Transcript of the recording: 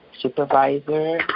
supervisor